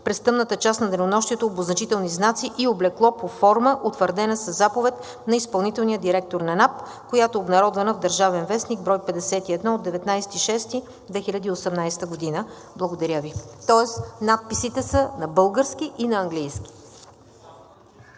през тъмната част на денонощието, обозначителни знаци и облекло по форма, утвърдена със Заповед на изпълнителния директор на НАП, която е обнародвана в „Държавен вестник“, бр. 51 от 19 юни 2018 г. Благодаря Ви. Тоест надписите са на български и на английски.